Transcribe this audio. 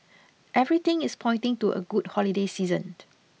everything is pointing to a good holiday season